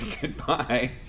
goodbye